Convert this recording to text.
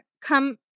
come